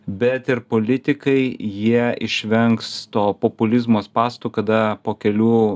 bet ir politikai jie išvengs to populizmo spąstų kada po kelių